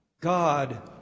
God